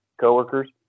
coworkers